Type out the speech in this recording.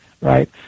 right